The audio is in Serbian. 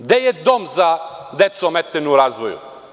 Gde je dom za decu ometenu u razvoju?